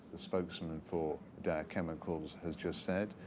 the spokesman for dow chemicals, has just said,